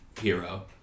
hero